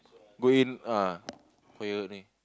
go in ah for your ini